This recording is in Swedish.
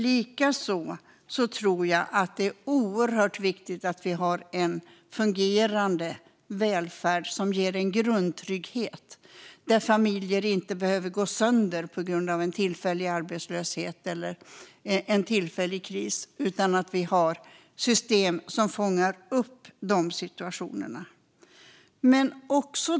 Likaså är det oerhört viktigt att ha en fungerande välfärd som ger en grundtrygghet där familjer inte behöver gå sönder på grund av tillfällig arbetslöshet eller en tillfällig kris. Vi ska ha system som fångar upp dessa situationer.